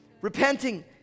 repenting